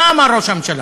מה אמר ראש הממשלה?